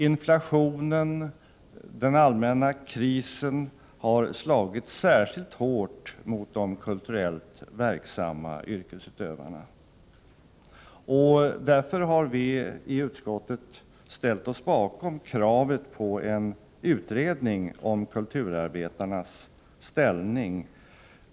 Inflationen, den allmänna krisen har slagit särskilt hårt mot de kulturellt verksamma yrkesutövarna. Därför har vi i utskottet ställt oss bakom kravet på en utredning om kulturarbetarnas ställning.